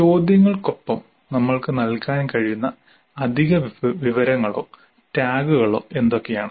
ചോദ്യങ്ങൾക്കൊപ്പം നമ്മൾക്ക് നൽകാൻ കഴിയുന്ന അധിക വിവരങ്ങളോ ടാഗുകളോ എന്തൊക്കെയാണ്